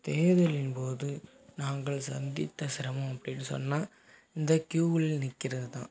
தேர்தலின் போது நாங்கள் சந்தித்த சிரமம் அப்படினு சொன்னால் இந்த கியூவில் நிற்குறது தான்